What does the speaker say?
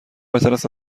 بهتراست